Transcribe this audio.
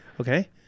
Okay